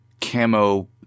camo